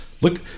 Look